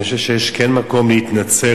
אני חושב שיש כן מקום להתנצל.